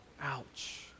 Ouch